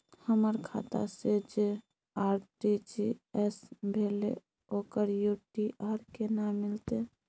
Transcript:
हमर खाता से जे आर.टी.जी एस भेलै ओकर यू.टी.आर केना मिलतै?